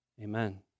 Amen